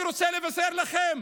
אני רוצה לבשר לכם